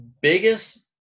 biggest